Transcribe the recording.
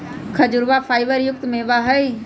खजूरवा फाइबर युक्त मेवा हई